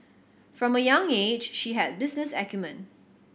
from a young age she had business acumen